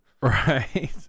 Right